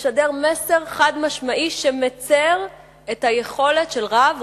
משדר מסר חד-משמעי שמצר את היכולת של רב,